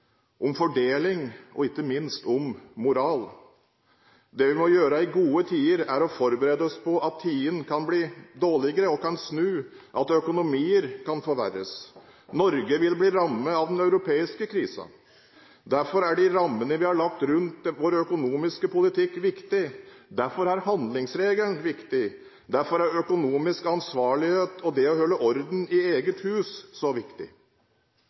om fordeling og ikke minst om moral. Det vi må gjøre i gode tider, er å forberede oss på at tidene kan bli dårligere og kan snu, at økonomier kan forverres. Norge vil bli rammet av den europeiske krisen. Derfor er de rammene vi har lagt rundt vår økonomiske politikk, viktig. Derfor er handlingsregelen viktig. Derfor er økonomisk ansvarlighet og det å holde orden i eget hus så viktig.